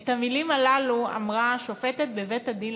את המילים הללו אמרה שופטת בבית-הדין